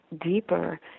deeper